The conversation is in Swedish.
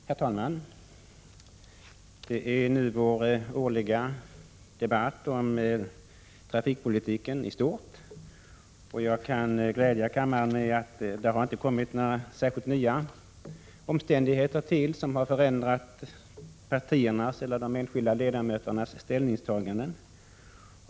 Herr talman! Vi har nu vår årliga debatt om trafikpolitiken i stort. Jag kan glädja kammaren med att det inte har kommit till några särskilt nya omständigheter som har förändrat partiernas eller de enskilda ledamöternas ställningstagande.